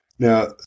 Now